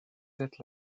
sept